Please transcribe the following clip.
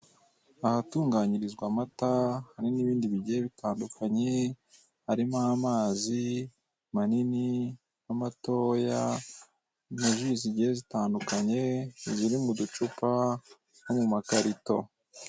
Ahatunganyirizwa amata, hari n'ibindi bigiye bitandukanye, harimo amazi manini n'amatoya, na ji zigiye zitandukanye ziri mu ducupa no mu makarito.